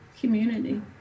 community